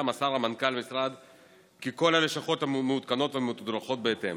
מסר מנכ"ל המשרד כי כל הלשכות מעודכנות ומתודרכות בהתאם.